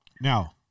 Now